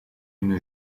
une